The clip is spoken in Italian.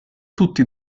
tutti